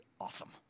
awesome